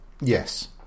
Yes